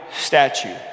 statue